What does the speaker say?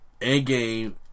Endgame